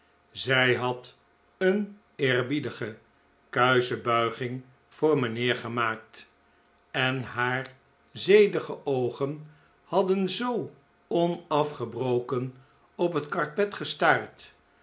zij had een eerbiedige kuische buiging voor mijnheer gemaakt en haar zedige oogen hadden zoo onafgebroken op het karpet gestaard